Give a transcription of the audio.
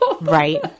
right